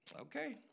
Okay